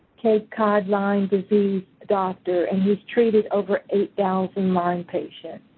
cape cod lyme disease doctor. and he's treated over eight thousand lyme patients.